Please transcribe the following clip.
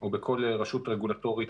או בכל רשות רגולטורית